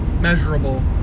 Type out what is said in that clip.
measurable